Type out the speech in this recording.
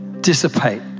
dissipate